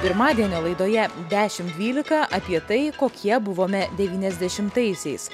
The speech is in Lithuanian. pirmadienio laidoje dešimt dvylika apie tai kokie buvome devyniasdešimtaisiais